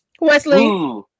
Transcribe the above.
Wesley